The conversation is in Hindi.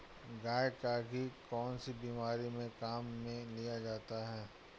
गाय का घी कौनसी बीमारी में काम में लिया जाता है?